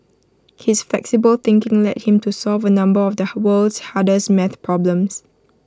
his flexible thinking led him to solve A number of the world's hardest math problems